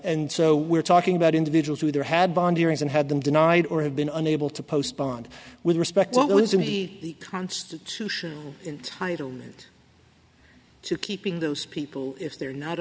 and so we're talking about individuals who either had bond hearing and had them denied or have been unable to post bond with respect oh isn't he the constitution entitle to keeping those people if they're not